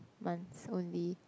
months only